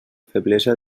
feblesa